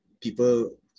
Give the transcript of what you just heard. People